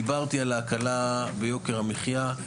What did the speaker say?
דיברתי על ההקלה ביוקר המחייה,